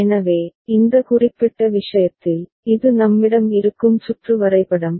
எனவே இந்த குறிப்பிட்ட விஷயத்தில் இது நம்மிடம் இருக்கும் சுற்று வரைபடம்